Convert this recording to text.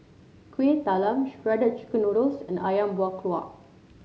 Kuih Talam Shredded Chicken Noodles and ayam Buah Keluak